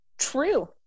true